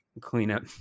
cleanup